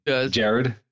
Jared